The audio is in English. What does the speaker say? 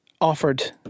offered